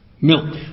Milk